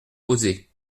poser